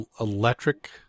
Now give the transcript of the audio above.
electric